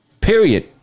Period